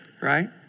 right